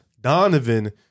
Donovan